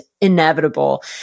inevitable